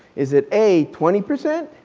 is it a, twenty percent.